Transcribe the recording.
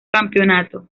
campeonato